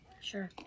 sure